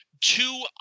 two